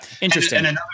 Interesting